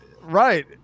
Right